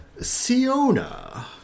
Siona